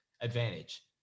advantage